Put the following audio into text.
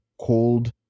cold